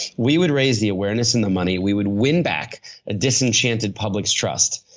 we would raise the awareness and the money. we would win back a disenchanted public's trust.